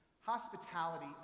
Hospitality